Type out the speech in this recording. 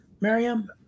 Miriam